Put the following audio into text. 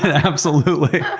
absolutely.